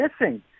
missing